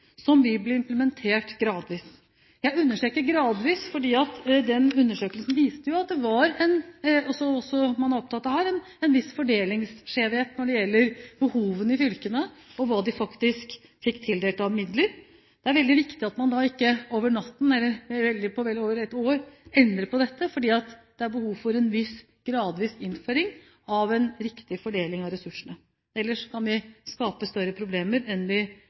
som vil bli implementert gradvis. Jeg understreker «gradvis», fordi den undersøkelsen viste at det var – som man også er opptatt av her – en viss fordelingsskjevhet når det gjelder behovene i fylkene og hva de faktisk fikk tildelt av midler. Det er viktig at man da ikke over natten – eller i dette tilfellet et år – endrer på dette, fordi det er behov for en gradvis innføring av en riktig fordeling av ressursene, for ellers kan det skape større problemer enn vi